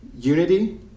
unity